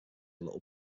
little